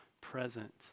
present